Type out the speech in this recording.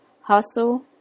hustle